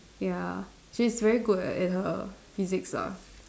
ya she's very good at her her physiques lah